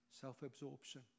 self-absorption